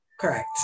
Correct